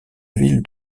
ville